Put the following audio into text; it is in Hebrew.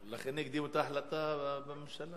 לכן הקדימו את ההחלטה בממשלה.